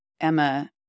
Emma